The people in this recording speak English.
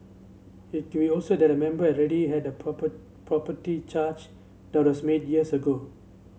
it will also that a member already had a proper property charge that was made years ago